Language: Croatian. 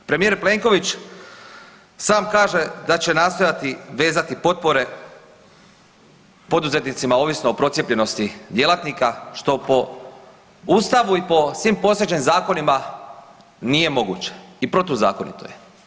Premijer Plenković sam kaže da će nastojati vezati potpore poduzetnicima ovisno o procijepljenosti djelatnika, što po ustavu i po svim postojećim zakonima nije moguće i protuzakonito je.